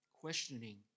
questioning